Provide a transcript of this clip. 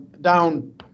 down